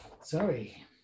Sorry